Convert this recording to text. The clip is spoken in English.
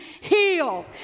heal